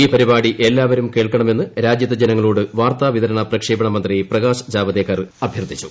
ഈ പരിപാടി എല്ലാവരും കേൾക്കണമെന്ന് രാജ്യത്തെ ജനങ്ങളോട് വാർത്താ വിതരണ പ്രക്ഷേപണ മന്ത്രി പ്രകാശ് ജാവദേക്കർ അഭ്യർത്ഥിച്ചു